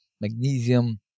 magnesium